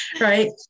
Right